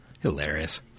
Hilarious